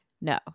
No